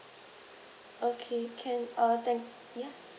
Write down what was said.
okay can uh thank ya